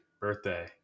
birthday